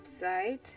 website